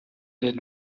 den